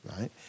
right